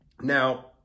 Now